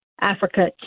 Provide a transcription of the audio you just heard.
Africa